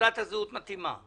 שתעודת הזהות מתאימה.